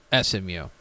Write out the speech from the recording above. SMU